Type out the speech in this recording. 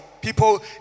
people